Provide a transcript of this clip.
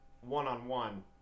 one-on-one